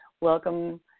welcome